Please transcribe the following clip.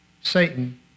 Satan